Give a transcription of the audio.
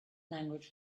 language